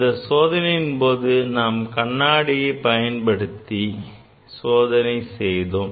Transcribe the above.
அந்த சோதனையின் போது நாம் கண்ணாடியை பயன்படுத்தி சோதனை செய்தோம்